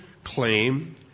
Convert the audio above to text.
Claim